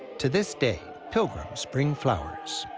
to this day, pilgrims bring flowers.